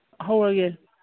ꯍꯧꯔꯒꯦ